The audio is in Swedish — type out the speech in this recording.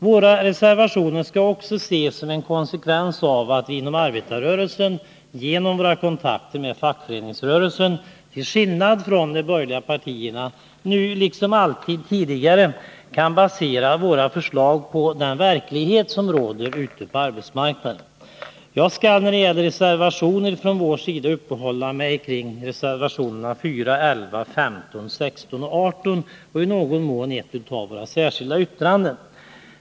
Våra reservationer skall också ses som en konsekvens av att vi inom arbetarrörelsen genom våra kontakter med fackföreningsrörelsen till skillnad från de borgerliga partierna nu liksom alltid tidigare kan basera våra förslag på den verklighet som råder ute på arbetsmarknaden. Jag skall när det gäller reservationer från vår sida uppehålla mig vid reservationerna 4, 11, 15,16 och 18 samt i någon mån vid ett av våra särskilda yttranden.